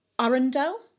Arundel